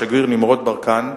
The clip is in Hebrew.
השגריר נמרוד ברקן,